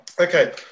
Okay